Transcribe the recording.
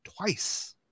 twice